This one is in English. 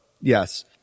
yes